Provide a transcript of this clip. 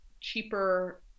cheaper